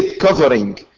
covering